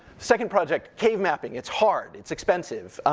second project, cave mapping, it's hard, it's expensive.